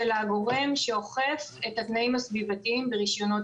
הגורם שאוכף את התנאים הסביבתיים ברישיונות